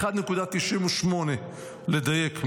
נדייק,